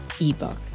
ebook